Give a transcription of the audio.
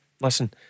listen